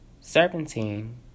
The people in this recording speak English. serpentine